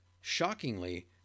Shockingly